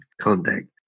contact